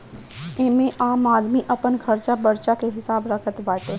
एमे आम आदमी अपन खरचा बर्चा के हिसाब रखत बाटे